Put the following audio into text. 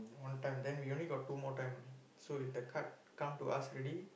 one time then we only got two more time so if the card come to us already